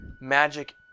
magic